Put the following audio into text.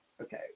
okay